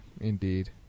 indeed